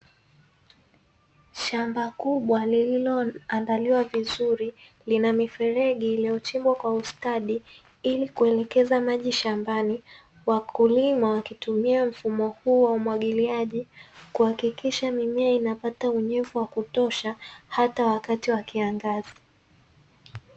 Shamba kubwa lililoandaliwa vizuri lina mifereji iliyochimbwa kwa ustadi ili kuelekeza maji shambani, wakulima wakitumia mfumo huu wa umwagiliaji kuhakikisha mimea inapata unyevu wa kutosha hata wakati wa kiangazi.